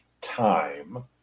time